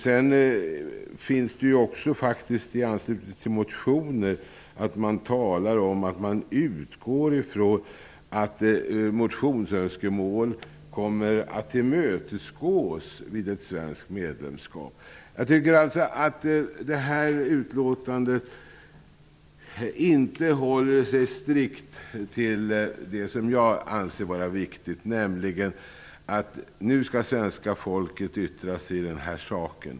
Sedan förekommer det också att man i anslutning till motioner talar om att man utgår från att motionsönskemål kommer att tillmötesgås vid ett svenskt medlemskap. Jag tycker alltså att man i betänkandet inte håller sig strikt till det som jag anser vara viktigt. Nu skall svenska folket yttra sig i den här saken.